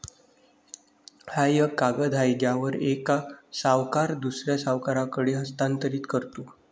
हा एक कागद आहे ज्यावर एक सावकार दुसऱ्या सावकाराकडे हस्तांतरित करतो